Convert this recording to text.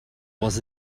was